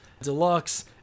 Deluxe